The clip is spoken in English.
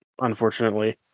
unfortunately